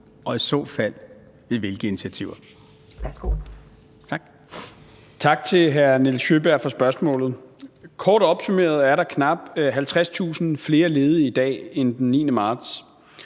og i så fald ved hvilke initiativer?